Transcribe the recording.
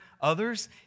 others